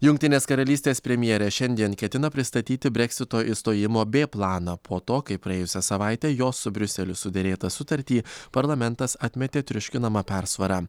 jungtinės karalystės premjerė šiandien ketina pristatyti breksito išstojimo b planą po to kai praėjusią savaitę jos su briuseliu suderėtą sutartį parlamentas atmetė triuškinama persvara